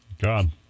God